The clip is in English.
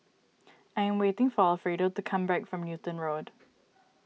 I am waiting for Alfredo to come back from Newton Road